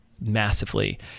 massively